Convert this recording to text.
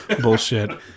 bullshit